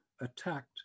attacked